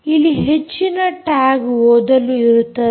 ಇಲ್ಲಿ ಹೆಚ್ಚಿನ ಟ್ಯಾಗ್ ಓದಲು ಇರುತ್ತದೆ